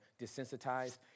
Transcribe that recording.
desensitized